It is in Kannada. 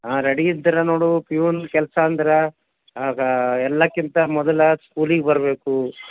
ಆಂ ರೆಡಿ ಇದ್ರೆ ನೋಡು ಪ್ಯೂನ್ ಕೆಲಸ ಅಂದ್ರೆ ಅದು ಎಲ್ಲಕ್ಕಿಂತ ಮೊದಲು ಸ್ಕೂಲಿಗೆ ಬರಬೇಕು